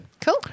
Cool